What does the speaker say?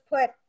put